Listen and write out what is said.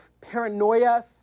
paranoia